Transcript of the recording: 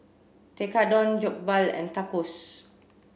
Tekkadon Jokbal and Tacos